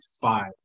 five